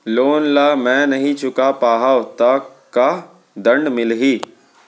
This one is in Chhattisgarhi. लोन ला मैं नही चुका पाहव त का दण्ड मिलही?